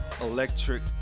electric